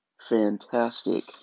fantastic